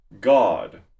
God